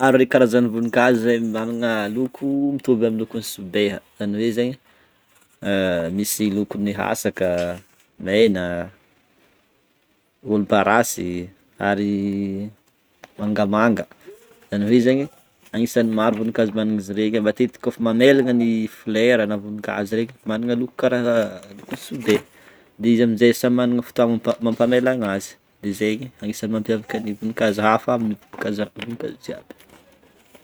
Maro ireo karazany vonin-kazo zay managna loko mitovy amin'ny lokon'ny sobeha zany hoe zegny misy lokony hasaka, mena, volomparasy ary mangamanga, zany hoe zegny agnisany maro ny voninkazo managna izy regny matetika kaofa mamelagna ny folera na voninkazo regny managna loko karaha lokon'ny sobeha de izy amin'jay samy managna ny fotoagna mampa- mampamelagna azy, zegny anisany mampiavaka ny voninkazo hafa amin'ny voninkazo voninkazo jiaby.